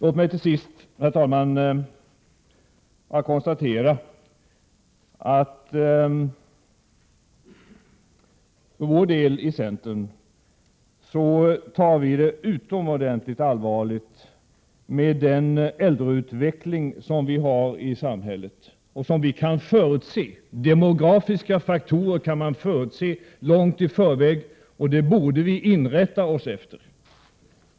Låt mig till sist, herr talman, konstatera att vi i centern ser utomordentligt allvarligt på den äldreutveckling i samhället som kan förutses. Demografiska faktorer kan förutses långt i förväg, och det borde vi inrätta oss efter.